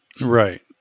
Right